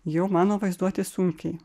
jau mano vaizduotė sunkiai